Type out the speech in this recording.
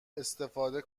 استفاده